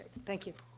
thank you.